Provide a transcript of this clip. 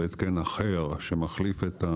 זה התקן אחר שמחליף.